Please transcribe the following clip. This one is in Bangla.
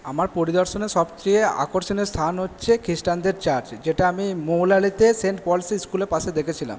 আমার পরিদর্শনের সবচেয়ে আকর্ষণীয় স্থান হচ্ছে খ্রিস্টানদের চার্চ যেটা আমি মৌলালিতে সেন্ট পলস স্কুলের পাশে দেখেছিলাম